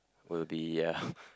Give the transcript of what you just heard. will be uh